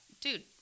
dude